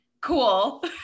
Cool